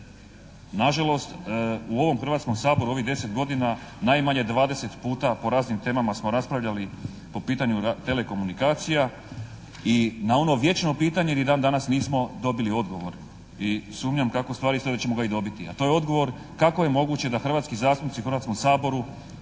Na žalost, u ovom Hrvatskom saboru u ovih 10 godina, najmanje 20 puta po raznim temama smo raspravljali po pitanju telekomunikacija i na ono vječno pitanje ni dan danas nismo dobili odgovor i sumnjam kako stvari stoje da ćemo ga i dobiti, a to je odgovor kako je moguće da hrvatski zastupnici u Hrvatskom saboru,